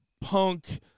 Punk